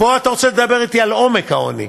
פה אתה רוצה לדבר אתי על עומק העוני.